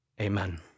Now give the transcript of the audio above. Amen